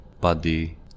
body